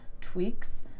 tweaks